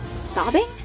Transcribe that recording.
sobbing